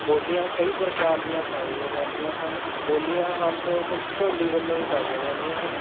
ਬੋਲੀਆਂ ਕਈ ਪ੍ਰਕਾਰ ਦੀਆਂ ਪਾਈਆਂ ਜਾਂਦੀਆਂ ਹਨ ਬੋਲੀਆਂ ਆਮ ਤੌਰ 'ਤੇ ਢੋਲੀ ਵੱਲੋਂ ਹੀ ਪਾਈਆਂ ਜਾਂਦੀਆਂ ਹਨ